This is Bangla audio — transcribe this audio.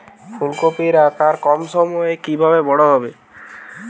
ফুলকপির আকার কম সময়ে কিভাবে বড় হবে?